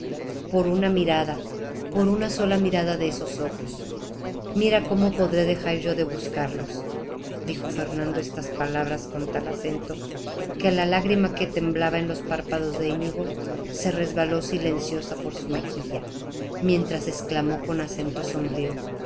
por una mirada por una sola mirada de esos ojos cómo podré yo dejar de buscarlos dijo fernando estas palabras con tal acento que la lágrima que temblaba en los párpados de iñigo se resbaló silenciosa por su mejilla mientras exclamó con acento sombrío